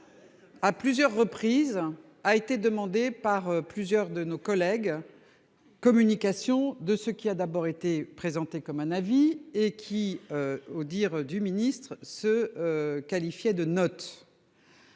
À plusieurs reprises, a été demandée par plusieurs de nos collègues. Communication de ce qu'a d'abord été présenté comme un avis et qui, aux dires du ministre se. Qualifiait de notes.